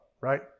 right